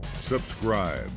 subscribe